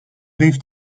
rief